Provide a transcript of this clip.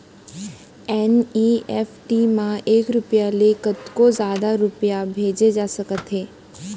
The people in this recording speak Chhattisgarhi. एन.ई.एफ.टी म एक रूपिया ले कतको जादा रूपिया भेजे जा सकत हे